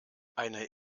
eine